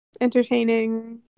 entertaining